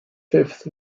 fifth